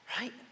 right